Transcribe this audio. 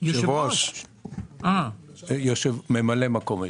אני ממלא מקום היושב-ראש.